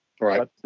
Right